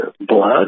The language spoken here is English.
blood